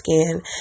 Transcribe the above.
skin